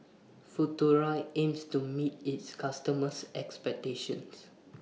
Futuro aims to meet its customers' expectations